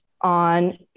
on